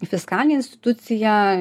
fiskalinė institucija